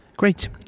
Great